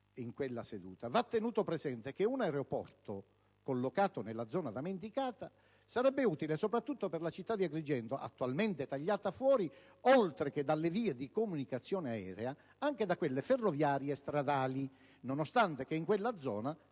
in quella seduta diceva: «Va tenuto presente che un aeroporto collocato nella zona da me indicata sarebbe utile soprattutto per la città di Agrigento, attualmente tagliata fuori, oltre che dalle vie di comunicazione aerea, anche da quelle ferroviarie e stradali, nonostante che in quella zona